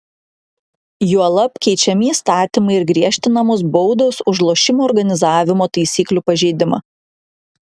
juolab keičiami įstatymai ir griežtinamos baudos už lošimo organizavimo taisyklių pažeidimą